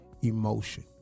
emotion